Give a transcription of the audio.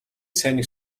сайныг